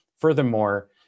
Furthermore